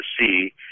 see